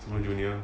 super junior